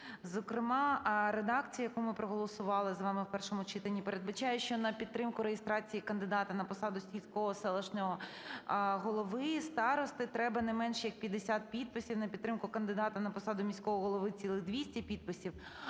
Зокрема, редакція, яку ми проголосували з вами в першому читанні, передбачає, що на підтримку реєстрації кандидата на посаду сільського, селищного голови, старости треба не менш як 50 підписів, на підтримку кандидата на посаду міського голови цілих 200 підписів,